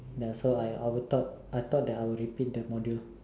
there so I I would thought I thought that I would repeat the module